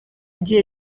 gihe